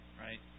Right